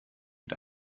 mit